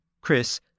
Chris